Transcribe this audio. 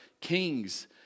kings